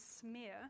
smear